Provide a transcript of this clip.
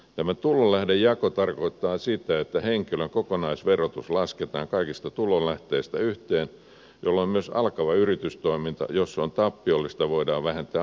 tämä tulonlähdejako tarkoittaa sitä että henkilön kokonaisverotus lasketaan kaikista tulonlähteistä yhteen jolloin myös alkava yritystoiminta jos se on tappiollista voidaan vähentää ansiotuloverotuksessa